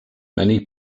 many